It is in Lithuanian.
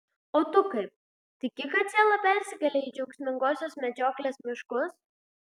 o tu kaip tiki kad siela persikelia į džiaugsmingosios medžioklės miškus